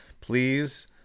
Please